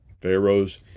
Pharaoh's